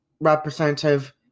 Representative